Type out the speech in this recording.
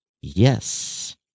yes